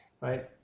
right